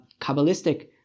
kabbalistic